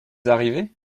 arrivé